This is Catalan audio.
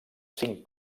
cinc